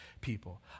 people